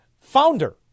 founder